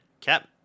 cap